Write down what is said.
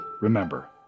Remember